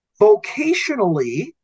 vocationally